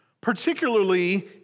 particularly